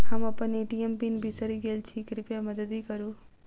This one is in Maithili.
हम अप्पन ए.टी.एम पीन बिसरि गेल छी कृपया मददि करू